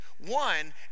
One